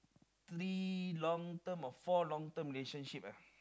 three long term or four long term relationship uh